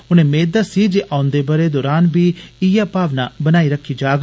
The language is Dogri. उनें मेद दस्सी जे औन्दे बरें दौरान बी इयै भावना बनाई रक्खी जाग